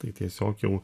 tai tiesiog jau